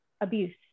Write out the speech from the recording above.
abuse